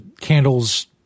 candles